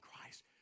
Christ